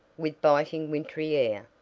with biting, wintry air,